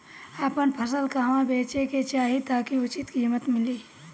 आपन फसल कहवा बेंचे के चाहीं ताकि उचित कीमत मिली?